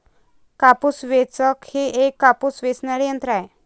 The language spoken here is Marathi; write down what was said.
कापूस वेचक हे एक कापूस वेचणारे यंत्र आहे